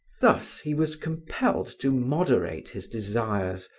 thus he was compelled to moderate his desires,